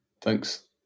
thanks